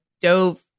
dove